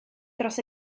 dros